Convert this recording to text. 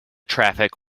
traffic